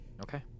Okay